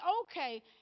okay